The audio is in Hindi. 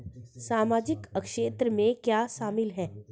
सामाजिक क्षेत्र में क्या शामिल है?